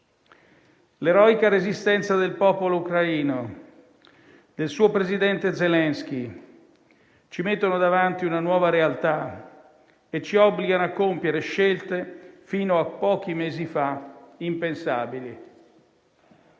L'eroica resistenza del popolo ucraino e del suo presidente Zelensky ci mettono davanti una nuova realtà e ci obbligano a compiere scelte fino a pochi mesi fa impensabili.